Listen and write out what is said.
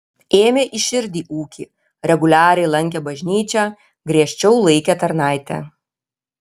ėmė į širdį ūkį reguliariai lankė bažnyčią griežčiau laikė tarnaitę